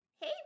Hey